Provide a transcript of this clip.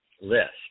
list